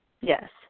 Yes